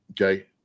okay